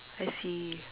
I see